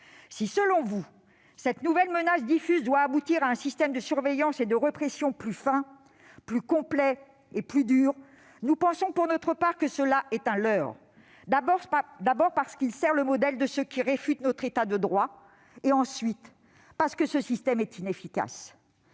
Si, selon vous, cette nouvelle menace diffuse doit aboutir à un système de surveillance et de répression plus fin, plus complet et plus dur, cela nous semble, pour notre part, être un leurre, d'abord, parce qu'il sert le modèle de ceux qui réfutent notre État de droit, ensuite, parce que ce système est inefficace.